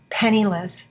penniless